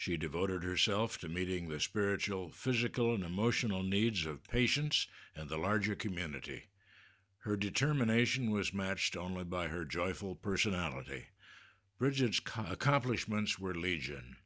she devoted herself to meeting the spiritual physical and emotional needs of patients and the larger community her determination was matched only by her joyful personality bridget's come accomplishments were legion